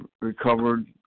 Recovered